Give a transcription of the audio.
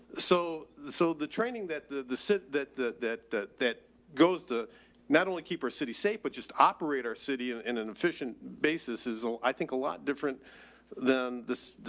so, so the training that the, the city that, the, that, that, that goes to not only keep our city safe but just operate our city and in an efficient basis is i think a lot different than this.